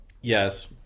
Yes